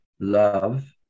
love